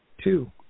Two